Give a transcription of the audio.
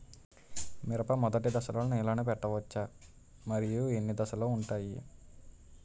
మిరప మొదటి దశలో నీళ్ళని పెట్టవచ్చా? మరియు ఎన్ని దశలు ఉంటాయి?